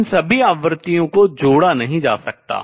इन सभी आवृत्तियों को जोड़ा नहीं जा सकता